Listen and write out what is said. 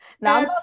Now